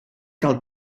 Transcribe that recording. gael